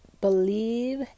believe